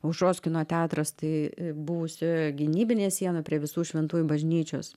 aušros kino teatras tai buvusi gynybinė siena prie visų šventųjų bažnyčios